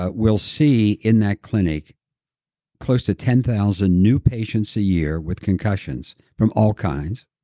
ah will see in that clinic close to ten thousand new patients a year with concussions from all kinds.